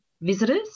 visitors